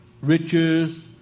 riches